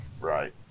right